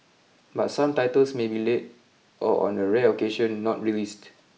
but some titles may be late or on a rare occasion not released